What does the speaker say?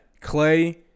Clay